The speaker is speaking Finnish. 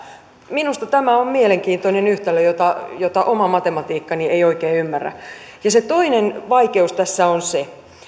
minusta tämä on mielenkiintoinen yhtälö jota jota oma matematiikkani ei oikein ymmärrä se toinen vaikeus tässä on se